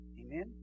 Amen